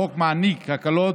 החוק מעניק הקלות,